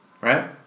Right